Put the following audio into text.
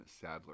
Sadler